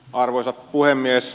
arvoisa puhemies